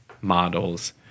models